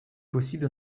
possible